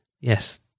yes